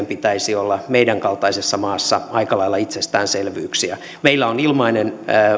pitäisi olla meidän kaltaisessa maassa aika lailla itsestäänselvyyksiä meillä on